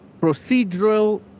procedural